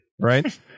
right